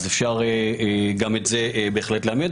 אפשר גם את זה לאמץ,